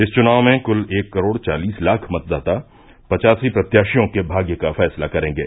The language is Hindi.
इस चुनाव में कुल एक करोड़ चालिस लाख मतदाता पचासी प्रत्याशियों के भाग्य का फैसला करेंगे